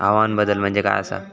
हवामान बदल म्हणजे काय आसा?